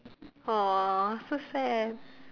aw so sad